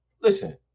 listen